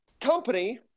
company